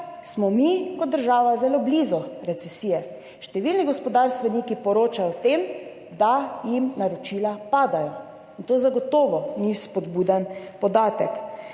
smo mi kot država zelo blizu recesije. Številni gospodarstveniki poročajo o tem, da jim naročila padajo in to zagotovo ni spodbuden podatek.